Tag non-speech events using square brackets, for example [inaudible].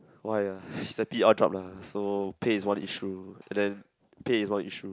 why ah [laughs] it's a p_r job lah so pay is one of the issue and then pay is one is one issue